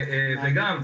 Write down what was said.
וגם,